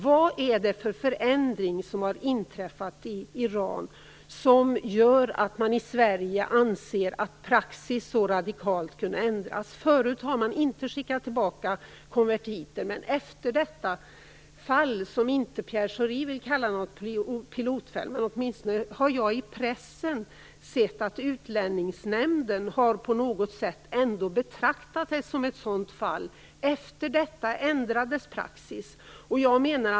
Vad är det för förändring som har inträffat i Iran och som gör att man i Sverige anser att praxis så radikalt kunnat ändras? Förut har man inte skickat tillbaka konvertiter, men efter detta fall, som Pierre Schori inte vill kalla ett pilotfall, har jag åtminstone i pressen sett att Utlänningsnämnden ändå på något sätt har betraktat det som ett sådant fall. Efter det ändrades praxis.